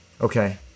Okay